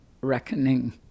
reckoning